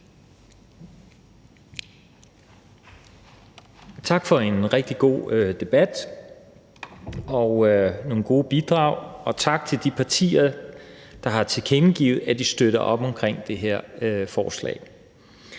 Tak for en rigtig god debat og nogle gode bidrag, og tak til de partier, der har tilkendegivet, at de støtter op om det her forslag.